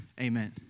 amen